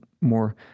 more